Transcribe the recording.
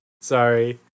Sorry